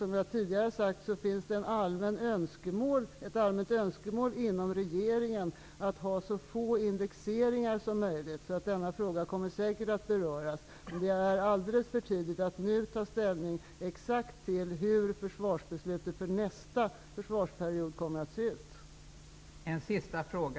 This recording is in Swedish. Som jag tidigare har sagt finns det inom regeringen ett allmänt önskemål att ha så få indexeringar som möjligt. Denna fråga kommer därför säkert att beröras, men det är alldeles för tidigt att nu ta ställning till hur försvarsbeslutet för nästa försvarsperiod exakt kommer att se ut.